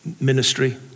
ministry